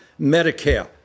Medicare